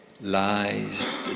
lies